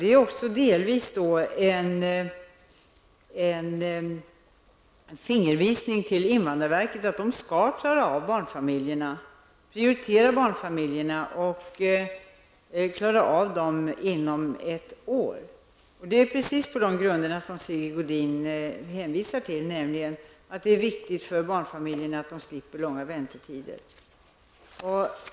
Detta är också delvis en fingervisning för invandrarverket att det skall prioritera barnfamiljerna och klara av deras ärenden inom ett år. Detta sker precis på de grunder som Sigge Godin hänvisar till, nämligen att det är viktigt för barnfamiljerna att slippa långa väntetider.